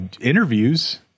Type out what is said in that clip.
interviews